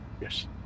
Yes